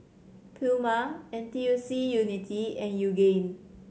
Puma N T U C Unity and Yoogane